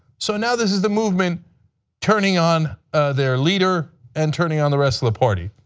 so now this is the movement turning on their leader and turning on the rest of the party.